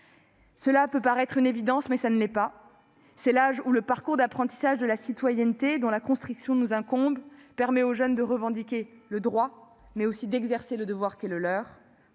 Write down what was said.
cela peut paraître évident, mais ce ne l'est pas -, l'âge où le parcours d'apprentissage de la citoyenneté, dont la construction nous incombe, permet aux jeunes de revendiquer des droits mais aussi d'exercer les devoirs qui sont les leurs.